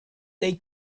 they